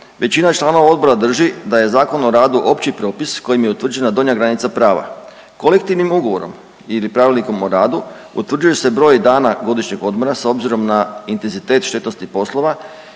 većina članova odbora drži da je Zakon o radu opći propis kojim je utvrđena donja granica prava. Kolektivnim ugovorom ili pravilnikom o radu utvrđuje se broj dana godišnjeg odmora s obzirom na intenzitet štetnosti poslova